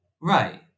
Right